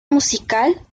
musical